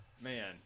Man